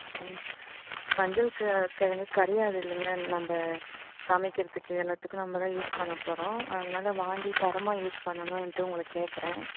ம் மஞ்சள் க கிழங்கு கரையாதில்லங்க நம்ம சமைக்கிறதுக்கு எல்லாத்துக்கும் நம்மதான் யூஸ் பண்ணபோகிறோம் அதனால வாங்கி தரமாக யூஸ் பண்ணணுன்ட்டு உங்களை கேட்குறேன்